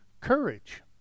courage